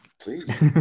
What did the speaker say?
Please